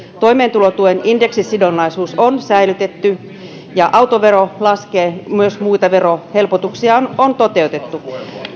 toimeentulotuen indeksisidonnaisuus on säilytetty ja autovero laskee myös muita verohelpotuksia on toteutettu